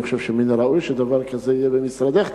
אני חושב שמן הראוי שדבר כזה יהיה במשרדך.